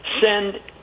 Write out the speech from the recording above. send